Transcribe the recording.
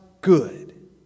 good